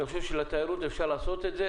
אני חושב שאפשר לעשות את זה בתיירות.